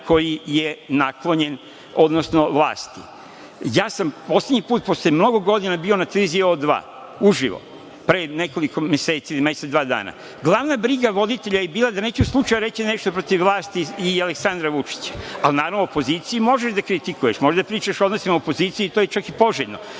koji je naklonjen vlasti. Poslednji put sam posle mnogo godina bio na televiziji „O2“, uživo, pre nekoliko meseci ili mesec, dva dana. Glavna briga voditelja je bila da neću slučajno reći nešto protiv vlasti i Aleksandra Vučića. Naravno, opoziciju možeš da kritikuješ, možeš da pričaš o odnosima opozicije, i to je čak i poželjno,